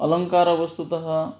अलङ्कारः वस्तुतः